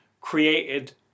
created